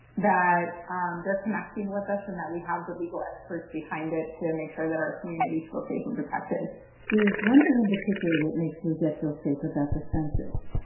that um they're connecting with us and that we have the legal experts behind it to make sure that our communities feel safe and protected there's one thing in particular that makes lizette feel safe about the census.